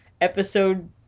episode